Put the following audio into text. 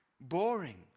boring